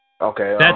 Okay